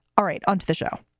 all right. onto the show.